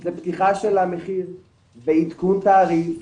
זה פתיחה של המחיר ועדכון תעריף,